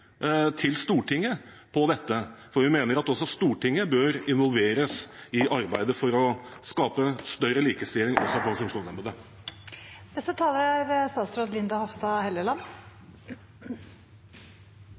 til Stortinget om dette, for vi mener at også Stortinget bør involveres i arbeidet for å skape større likestilling også for funksjonshemmede. Takk for gode innlegg og for oppfølgingen av redegjørelsen. Jeg er